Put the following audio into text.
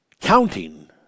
counting